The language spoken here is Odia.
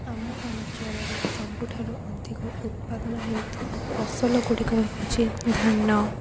ଆମ ଅଞ୍ଚଳରେ ସବୁଠାରୁ ଅଧିକ ଉତ୍ପାଦନ ହେଉଥିବା ଫସଲ ଗୁଡ଼ିକ ହେଉଛି ଧାନ